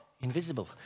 Invisible